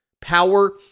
power